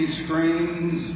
screens